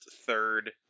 third